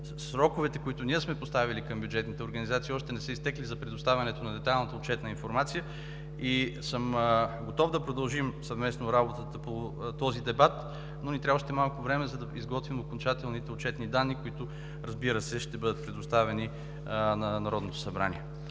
информация, които ние сме поставили към бюджетните организации, още не са изтекли. Готов съм да продължим съвместно работата по този дебат, но ни трябва още малко време, за да изготвим окончателните отчетни данни, които, разбира се, ще бъдат предоставени на Народното събрание.